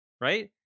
right